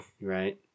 right